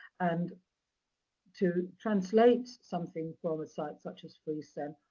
and to translate something from a site such as freecen,